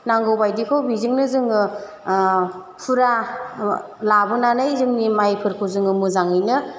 नागौबायदिखौ बेजोंनो जोङो फुरा लाबोनानै जोंनि मायफोरखौ जोङो मोजाङैनो